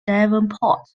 devonport